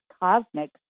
Cosmic